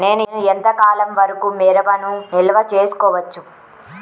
నేను ఎంత కాలం వరకు మిరపను నిల్వ చేసుకోవచ్చు?